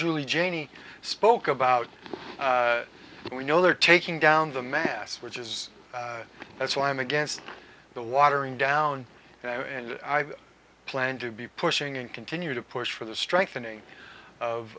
julie janie spoke about we know they're taking down the mess which is that's why i'm against the watering down and i plan to be pushing and continue to push for the strengthening of